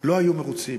לא היו מרוצים.